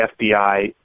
FBI